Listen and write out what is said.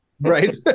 right